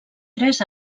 tres